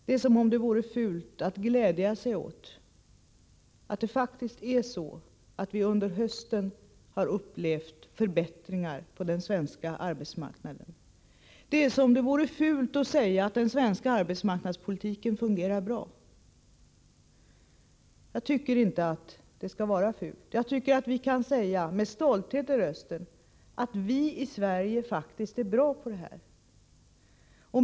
Det är som om det vore fult att glädja sig åt att vi under hösten faktiskt har upplevt förbättringar på den svenska arbetsmarknaden. Det är som om det vore fult att säga att den svenska arbetsmarknadspolitiken fungerar bra. Jag tycker inte att det skall vara fult. Jag tycker att vi kan säga med stolthet i rösten att vi i Sverige faktiskt är bra på det här.